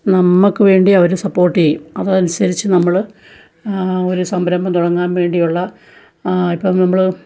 നമ്മള്ക്ക് വേണ്ടി അവര് സപ്പോർട്ട്യ്യും അതനുസരിച്ച് നമ്മള് ഒരു സംരംഭം തുടങ്ങാൻ വേണ്ടിയുള്ള ഇപ്പോള് നമ്മള്